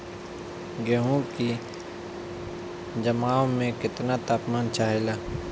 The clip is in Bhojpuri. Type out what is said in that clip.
गेहू की जमाव में केतना तापमान चाहेला?